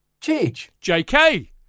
Jk